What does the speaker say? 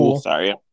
Sorry